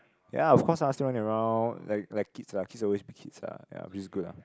ya of course ah still running around like like kids lah kids always be kids ah ya which is good ah